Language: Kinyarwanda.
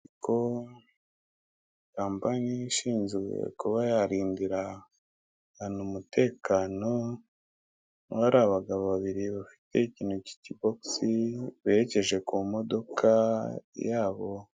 Kampani ishinzwe kuba yarindira abantu umutekano, aho hari abagabo babiri bafite ikintu k'ikibogisi berekeje ku modoka yabo.